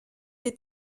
est